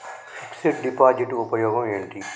Fix డ్ deposit ఉపయోగం ఏంటి?